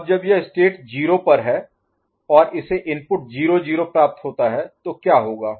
अब जब यह स्टेट 0 पर है और इसे इनपुट 0 0 प्राप्त होता है तो क्या होगा